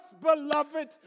beloved